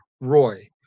Roy